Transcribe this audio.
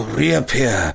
reappear